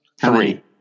Three